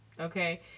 Okay